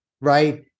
right